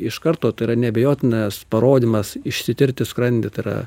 iš karto tai yra neabejotinas parodymas išsitirti skrandį tai yra